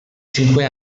cinque